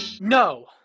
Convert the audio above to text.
No